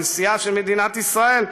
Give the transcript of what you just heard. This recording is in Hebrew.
כנשיאה של מדינת ישראל,